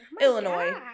Illinois